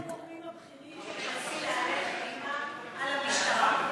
מי הגורמים הבכירים שמנסים להלך אימים על המשטרה?